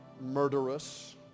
murderous